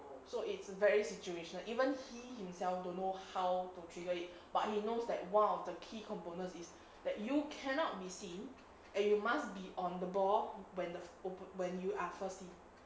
so it's very situational even he himself don't know how to trigger it but he's know like one of the key components is that you cannot be seen and you must be on the ball when the oppo~ when you are firstly